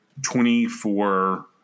24